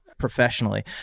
Professionally